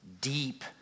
deep